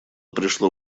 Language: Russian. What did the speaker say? пришло